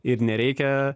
ir nereikia